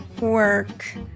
work